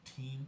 team